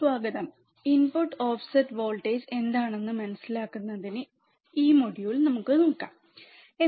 സ്വാഗതം input offset voltage എന്താണെന്ന് മനസിലാക്കുന്നതിനാണ് ഈ മൊഡ്യൂൾ ശരി